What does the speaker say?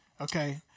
Okay